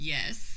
Yes